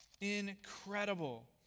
Incredible